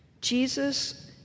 Jesus